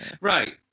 Right